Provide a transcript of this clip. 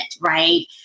right